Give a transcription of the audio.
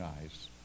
eyes